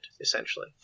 essentially